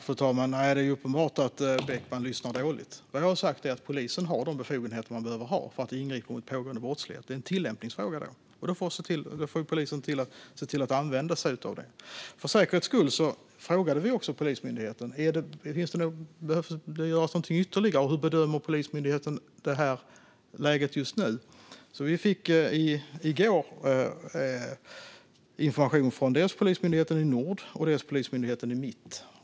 Fru talman! Det är uppenbart att Beckman lyssnar dåligt. Vad jag har sagt är att polisen har de befogenheter de behöver för att ingripa mot pågående brottslighet. Detta är en tillämpningsfråga. Polisen får se till att använda sig av sina befogenheter. För säkerhets skull frågade vi också Polismyndigheten om något ytterligare behöver göras och hur Polismyndigheten bedömer läget just nu. Vi fick i går information från polisregion Nord och polisregion Mitt.